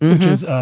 which is.